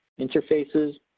interfaces